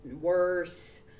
worse